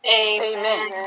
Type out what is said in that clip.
Amen